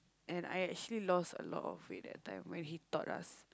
and then I actually lost a lot of weight that time when he taught us